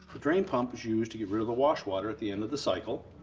the drain pump is used to get rid of the wash water at the end of the cycle,